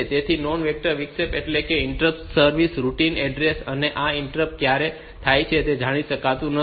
તેથી non vector interrupt એટલે કે ઈન્ટરપ્ટ સર્વિસ રૂટિન એડ્રેસ અને આ ઈન્ટરપ્ટ ક્યારે થાય છે તે જાણી શકાયું નથી